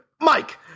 Mike